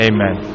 Amen